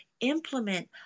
implement